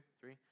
three